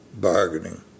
bargaining